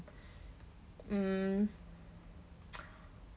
mm